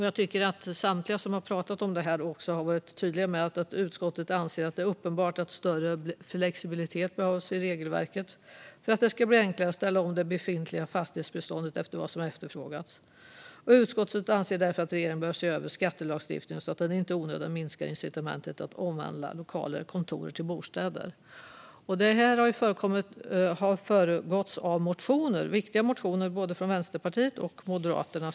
Jag tycker att samtliga som har pratat om detta också har varit tydliga med att utskottet anser att det är uppenbart att större flexibilitet behövs i regelverket för att det ska bli enklare att ställa om det befintliga fastighetsbeståndet efter vad som efterfrågas. Utskottet anser därför att regeringen bör se över skattelagstiftningen så att den inte i onödan minskar incitamenten att omvandla lokaler eller kontor till bostäder. Detta har föregåtts av viktiga motioner från både Vänsterpartiet och Moderaterna.